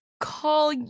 Call